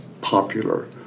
popular